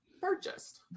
purchased